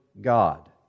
God